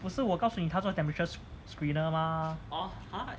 不是我告诉你他做 temperatures screener mah